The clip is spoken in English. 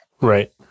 Right